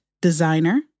designer